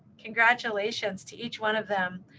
congratulations to each one of them.